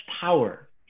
power